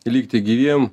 likti gyviem